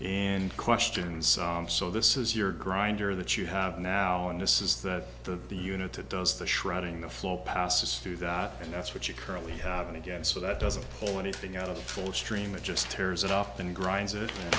and questions so this is your grinder that you have now and this is that the the unit it does the shredding the flow passes through that and that's what you currently have and again so that doesn't hold anything out of the full stream it just tears it off then grinds it